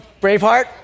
Braveheart